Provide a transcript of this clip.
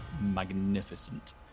magnificent